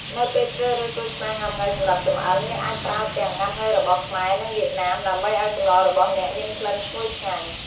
នៅពេលជ្រើសរើសក្រូចឆ្មាងុាំង៉ូវសម្រាប់ចម្អិន អ្នកអាចប្រើទាំង ងុាំង៉ូវរបស់ខ្មែរ និងវៀតណាម ដើម្បីឱ្យសម្លរបស់អ្នកមានក្លិនឈ្ងុយឆ្ងាញ់។